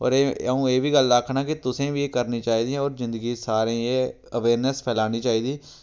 होर एह् आ'ऊं एह् बी गल्ल आखना कि तुसें बी एह् करनियां चाहिदियां होर जिंदगी च सारें गी एह् अवेयरनेस फलानी चाहिदी